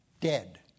dead